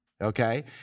okay